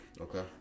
Okay